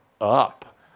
up